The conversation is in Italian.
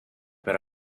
per